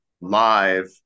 live